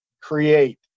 create